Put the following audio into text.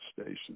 station